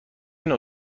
نوع